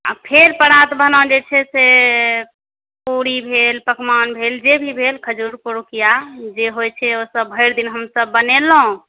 आ फेर परात भने जे छै से पूरी भेल पकवान भेल जे भी भेल खजूर पुरुकीया जे होइ छै ओसब भरि दिन हमसब बनेलहुॅं